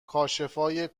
کاشفای